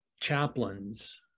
chaplains